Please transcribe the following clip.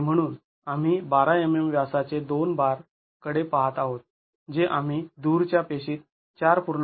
आणि म्हणून आम्ही १२ mm व्यासाच्या दोन बार कडे पाहत आहोत जे आम्ही दूरच्या पेशीत ४